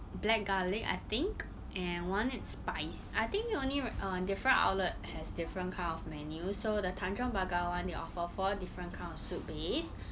black garlic I think and one it's spice I think you only right err different outlet has different kind of menu so the tanjong pagar [one] they offer four different kind of soup base